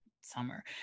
summer